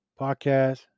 podcast